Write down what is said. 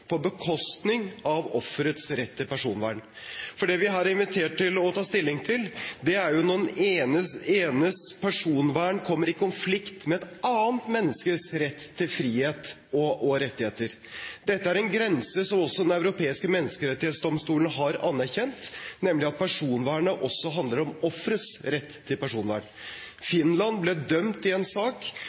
på bekostning av offerets rett til personvern. Det vi her er er invitert til å ta stilling til, er når den enes personvern kommer i konflikt med et annet menneskes rett til frihet og rettigheter. Dette er en grense som også Den europeiske menneskerettighetsdomstol har anerkjent, nemlig at personvernet også handler om offerets rett til personvern. Finland ble dømt i en sak